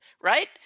right